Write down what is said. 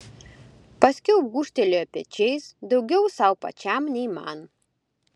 paskiau gūžtelėjo pečiais daugiau sau pačiam nei man